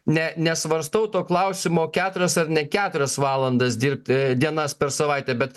ne nesvarstau to klausimo keturias ar ne keturias valandas dirbt ė dienas per savaitę bet